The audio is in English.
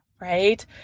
right